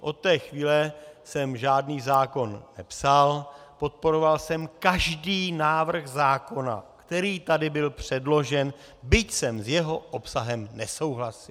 Od té chvíle jsem žádný zákon nepsal, podporoval jsem každý návrh zákona, který tady byl předložen, byť jsem s jeho obsahem nesouhlasil.